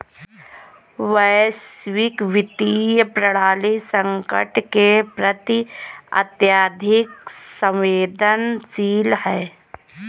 वैश्विक वित्तीय प्रणाली संकट के प्रति अत्यधिक संवेदनशील है